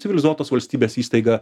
civilizuotos valstybės įstaiga